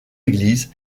église